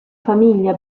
famiglia